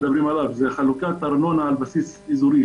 חלוקת ארנונה על בסיס אזורי.